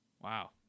Wow